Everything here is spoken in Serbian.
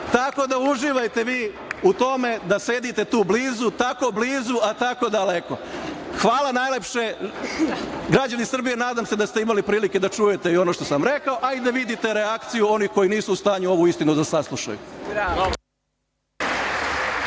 Tako da, uživajte vi u tome da sedite tu blizu. Tako blizu, a tako daleko. Hvala najlepše. Građani Srbije, nadam se da ste imali prilike da čujete i ono što sam rekao, a i da vidite reakciju onih koji nisu u stanju ovu istinu da saslušaju.